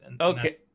okay